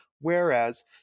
Whereas